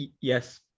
Yes